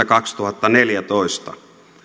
kaksituhattaneljätoista